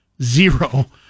Zero